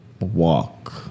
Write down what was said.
walk